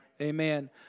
Amen